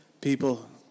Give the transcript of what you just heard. people